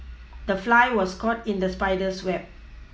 the fly was caught in the spider's web